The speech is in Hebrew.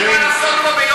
אין לי מה לעשות פה ביום